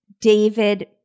David